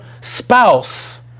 spouse